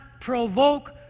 provoke